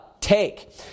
take